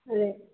അതെ